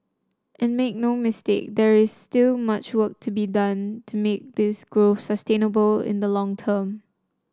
and make no mistake there is still much work to be done to make this growth sustainable in the long term